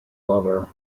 lover